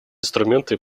инструменты